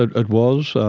ah it was,